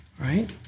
right